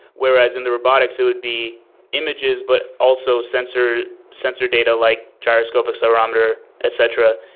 whereas in the robotics it would be images, but also sensor sensor data, like gyroscope, accelerometer, etc,